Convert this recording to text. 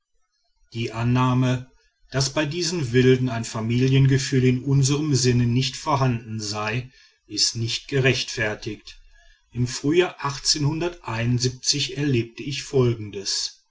die annahme daß bei diesen wilden ein familiengefühl in unserm sinne nicht vorhanden sei ist nicht gerechtfertigt im frühjahr erlebte ich folgendes